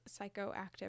psychoactive